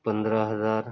پندرہ ہزار